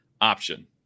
option